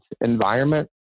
environment